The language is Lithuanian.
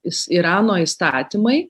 jis irano įstatymai